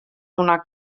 donar